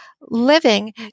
living